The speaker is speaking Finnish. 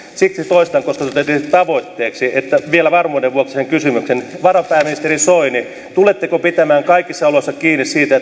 toistan koska totesitte tavoitteeksi vielä varmuuden vuoksi sen kysymyksen varapääministeri soini tuletteko pitämään kaikissa oloissa kiinni siitä